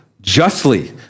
justly